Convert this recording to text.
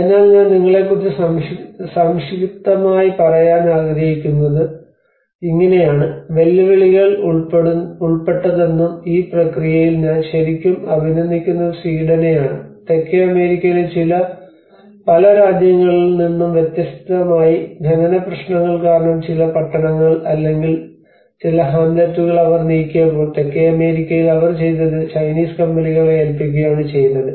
അതിനാൽ ഞാൻ നിങ്ങളെക്കുറിച്ച് സംക്ഷിപ്തമായി പറയാൻ ആഗ്രഹിക്കുന്നത് ഇങ്ങനെയാണ് വെല്ലുവിളികൾ ഉൾപ്പെട്ടതെന്നും ഈ പ്രക്രിയയിൽ ഞാൻ ശരിക്കും അഭിനന്ദിക്കുന്നത് സ്വീഡനെയാണ് തെക്കേ അമേരിക്കയിലെ പല രാജ്യങ്ങളിൽ നിന്നും വ്യത്യസ്തമായി ഖനന പ്രശ്നങ്ങൾ കാരണം ചില പട്ടണങ്ങൾ അല്ലെങ്കിൽ ചില ഹാംലെറ്റുകൾ അവർ നീക്കിയപ്പോൾ തെക്കേ അമേരിക്കയിൽ അവർ ചെയ്തത് ചൈനീസ് കമ്പനികളെ ഏൽപിക്കുകയാണ് ചെയ്തത്